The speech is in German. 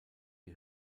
die